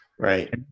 Right